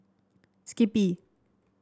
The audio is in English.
skippy